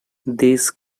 these